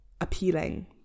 appealing